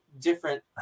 different